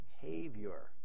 behavior